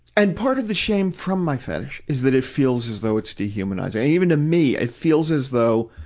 and part of the shame from my fetish is that it feels as though it's dehumanizing. even to me, it feels as though,